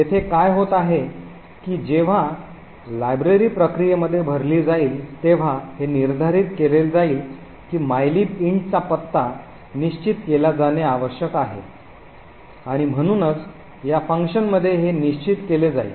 येथे काय होत आहे की जेव्हा लायब्ररी प्रक्रियेमध्ये भरली जाईल तेव्हा हे निर्धारित केले जाईल की mylib int चा पत्ता निश्चित केला जाणे आवश्यक आहे आणि म्हणूनच या फंक्शनमध्ये हे निश्चित केले जाईल